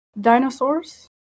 dinosaurs